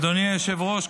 אדוני היושב-ראש,